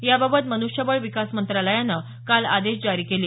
याबाबत मनृष्यबळ विकास मंत्रालयानं काल आदेश जारी केले